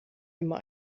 immer